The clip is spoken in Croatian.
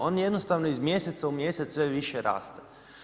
On jednostavno iz mjeseca u mjesec sve više raste.